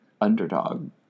underdog